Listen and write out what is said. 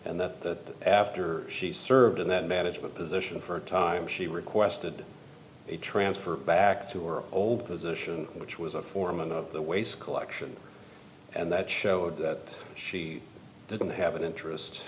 and that after she served in that management position for a time she requested a transfer back to her old position which was a foreman of the waste collection and that showed that she didn't have an interest